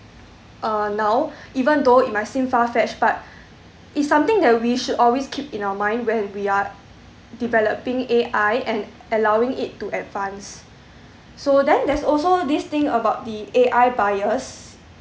uh now even though it might seem far fetched but it's something that we should always keep in our mind when we are developing A_I and allowing it to advance so then there's also this thing about the A_I bias